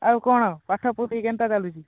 ଆଉ କ'ଣ ପାଠ କେନ୍ତା ଚାଲିଛି